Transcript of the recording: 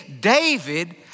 David